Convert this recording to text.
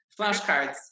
Flashcards